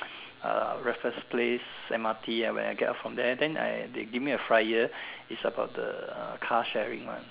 uh Raffles place M_R_T uh where I got from there then I they give me a flyer its about the uh car sharing one